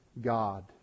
God